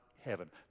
heaven